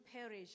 perish